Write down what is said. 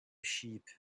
sheep